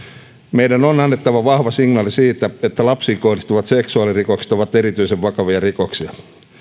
meidän on annettava vahva signaali siitä että lapsiin kohdistuvat seksuaalirikokset ovat erityisen vakavia rikoksia